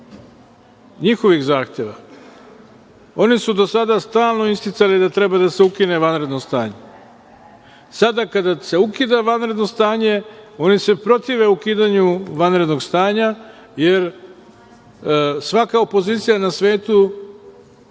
njihovih zahteva, oni su do sada stalno isticali da treba da se ukine vanredno stanje. Sada kada se ukida vanredno stanje, oni se protive ukidanju vanrednog stanja, jer svaka opozicija na svetu